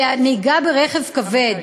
ונהיגה ברכב כבד